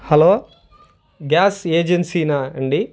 hello gas ఏజెన్సీనా అండి